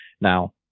Now